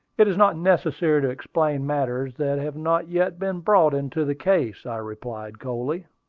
it is not necessary to explain matters that have not yet been brought into the case, i replied coldly.